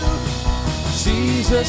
Jesus